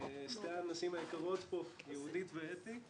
שתי הנשים היקרות פה, יהודית ואתי,